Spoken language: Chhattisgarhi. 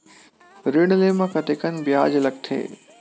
ऋण ले म कतेकन ब्याज लगथे?